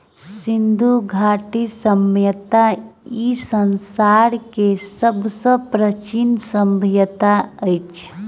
सिंधु घाटी सभय्ता ई संसार के सब सॅ प्राचीन सभय्ता अछि